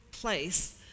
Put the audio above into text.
place